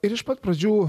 ir iš pat pradžių